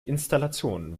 installation